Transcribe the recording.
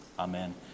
Amen